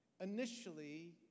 initially